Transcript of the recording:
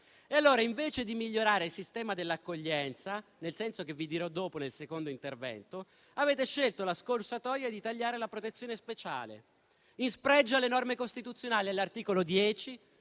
invece di migliorare il sistema dell'accoglienza, nel senso che vi dirò dopo, nel secondo intervento, avete scelto la scorciatoia di tagliare la protezione speciale, in spregio alle norme costituzionali, all'articolo 10,